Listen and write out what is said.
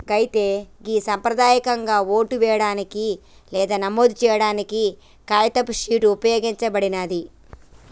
అయితే గి సంప్రదాయకంగా ఓటు వేయడానికి లేదా నమోదు సేయాడానికి కాగితపు షీట్ ఉపయోగించబడినాది